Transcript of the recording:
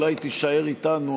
אולי תישאר איתנו,